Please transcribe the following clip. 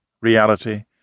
reality